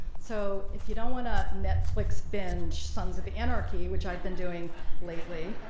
so if you don't wanna netflix binge sons of anarchy, which i've been doing lately,